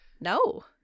No